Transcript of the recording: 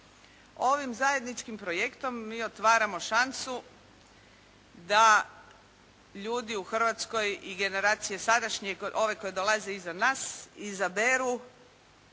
Ovim zajedničkim projektom mi otvaramo šansu da ljudi u Hrvatskoj i generacije sadašnje, ove koje dolaze iza nas izaberu